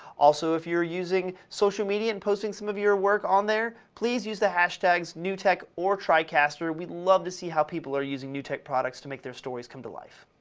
also if you're using social media and posting some of your work on there please use the hashtags newtek or tricaster. we'd love to see how people are using newtek products to make their stories come to life.